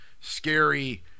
scary